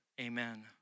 amen